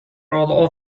roll